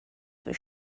for